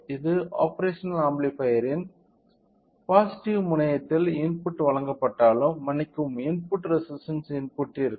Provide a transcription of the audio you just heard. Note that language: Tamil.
ஒரு ஆப்பேரஷனல் ஆம்பிளிபையர்யின் பாசிட்டிவ் முனையத்தில் இன்புட் வழங்கப்பட்டாலும் மன்னிக்கவும் இன்புட் ரெசிஸ்டன்ஸ் இன்புட்டிற்கு